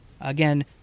Again